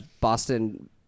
Boston